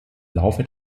laufe